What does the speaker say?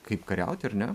kaip kariauti ar ne